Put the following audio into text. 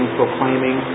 proclaiming